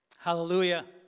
Hallelujah